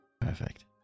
Perfect